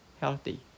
healthy